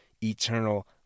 eternal